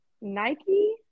Nike